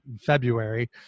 february